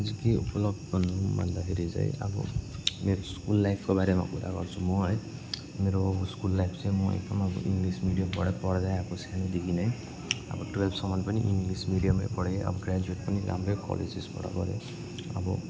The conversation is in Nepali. म चाहिँ के उपलब्द भनौँ भन्दाखेरि चाहिँ अब मेरो स्कुल लाइफको बारे कुरा गर्छु म है मेरो स्कुल लाइफ चाहिँ म एकदमै अब इङ्गलिस मिडियमबाट पढ्दै आएको सानोदेखि नै अब टुवेल्भसम्म पनि इङ्गलिस मिडियमा पढेँ अब ग्राजुएट पनि राम्रै कलेजेसबाट गरेँ अब